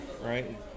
Right